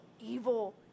evil